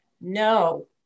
No